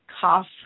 cough